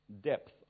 depth